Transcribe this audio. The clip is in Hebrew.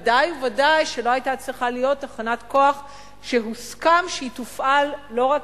ודאי וודאי שלא היה צריך להסכים שהיא תופעל לא רק